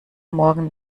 morgen